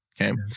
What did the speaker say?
okay